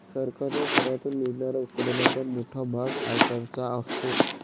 सरकारच्या करातून मिळणाऱ्या उत्पन्नाचा मोठा भाग आयकराचा असतो